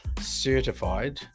certified